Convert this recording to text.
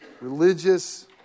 religious